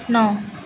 ନଅ